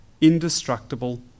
indestructible